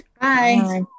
Bye